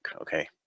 okay